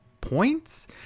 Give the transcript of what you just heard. points